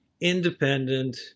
independent